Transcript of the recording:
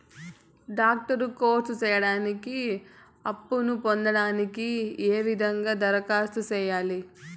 Doctor course సేయడానికి అప్పును పొందడానికి ఏ విధంగా దరఖాస్తు సేయాలి?